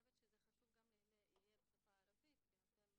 חושבת שזה חשוב גם שזה יהיה בשפה הערבית, כי אתם